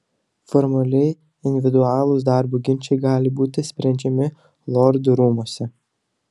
formaliai individualūs darbo ginčai gali būti sprendžiami lordų rūmuose